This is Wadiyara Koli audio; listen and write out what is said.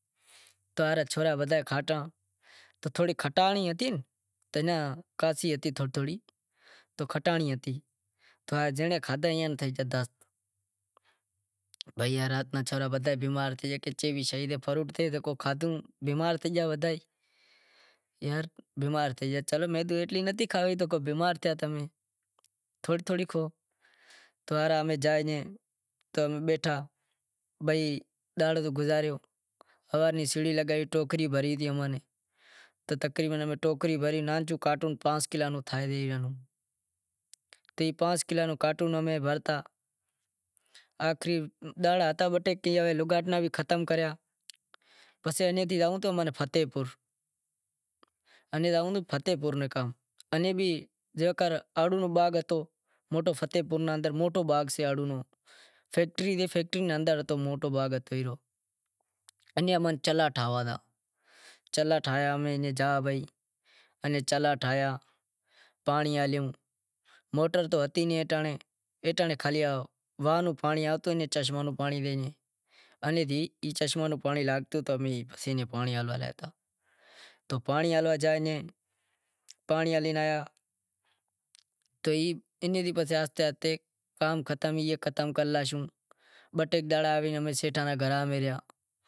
تو کھٹانڑ ہتی جنڑا کھادہا تو ایئاں ناں تھیا دست تو چھورا بدہا تھے گیا بیمار تو چلو میں تو ایتلی نتھی کھاوی جو ماٹھ تھیا امیں، تھوڑی تھوڑی امیں بھائی دہاڑو تو گزاریو امیں ٹوکریوں بھریوں ناں بھ تو کارٹون پانس کلاں رو تھائے پانس کلاں رو کارٹون امیں بھرتا، پسے اینے تھے زائوں امیں فتحپور انیں بھی آڑوں نو باغ ہتو، فیکٹری نے اندر موٹو باغ ہتو، ای امیں چلا ٹھائیا پانڑی ہلیو ، موٹر تو ہتی نیں پانڑی ہالوا جائے ایئں پانڑی ہلی ناں آیا تو اینی تھی آہستے آہستے بہ ٹے ڈینہں